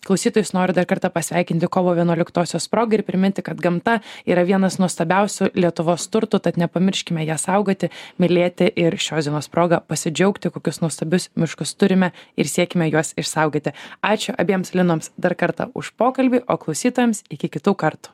klausytojus noriu dar kartą pasveikinti kovo vienuoliktosios proga ir priminti kad gamta yra vienas nuostabiausių lietuvos turtų tad nepamirškime ją saugoti mylėti ir šios dienos proga pasidžiaugti kokius nuostabius miškus turime ir siekiame juos išsaugoti ačiū abiems linoms dar kartą už pokalbį o klausytojams iki kitų kartų